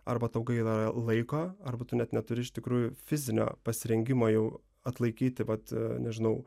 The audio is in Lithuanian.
arba tau gaila laiko arba tu net neturi iš tikrųjų fizinio pasirengimo jau atlaikyti vat nežinau